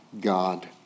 God